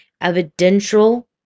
evidential